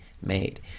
made